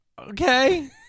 Okay